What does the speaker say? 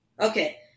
Okay